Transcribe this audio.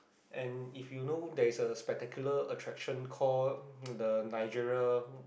and if you know there's a spectacular attraction called the niagara